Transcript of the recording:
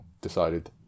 decided